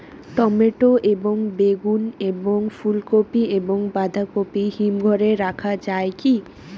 Tomato এবং বেগুন এবং ফুলকপি এবং বাঁধাকপি হিমঘরে রাখা যায় কি?